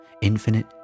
infinite